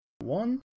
one